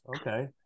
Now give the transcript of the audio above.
Okay